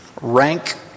rank